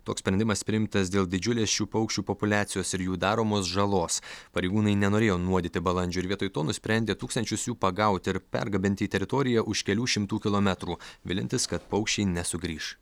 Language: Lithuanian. toks sprendimas priimtas dėl didžiulės šių paukščių populiacijos ir jų daromos žalos pareigūnai nenorėjo nuodyti balandžių ir vietoj to nusprendė tūkstančius jų pagauti ir pergabenti į teritoriją už kelių šimtų kilometrų viliantis kad paukščiai nesugrįš